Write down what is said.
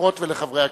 לחברות ולחברי הכנסת.